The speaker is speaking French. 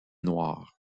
noirs